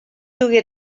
dugué